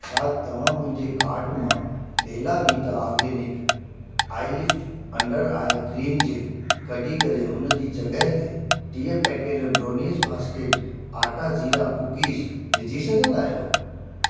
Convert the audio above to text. छा तव्हां मुंहिंजे कार्ट मां Bella Vita organic eye lift under eye cream gel कढी करे उन जी जॻहि ते टीह packet brownies basket atta jeera cookies विझी सघंदा आहियो